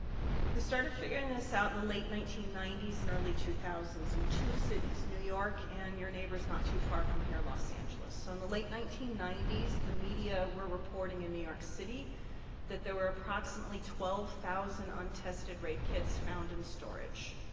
we started figuring this out in the late nineteen ninety s and early two thousand s in two cities, new york, and your neighbors not too far from here, los angeles. so, in the late nineteen ninety s, the media were reporting in new york city that there were approximately twelve thousand untested rape kits found in storage.